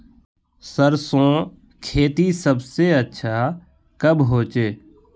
सरसों खेती सबसे अच्छा कब होचे?